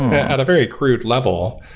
at a very crude level,